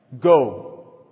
Go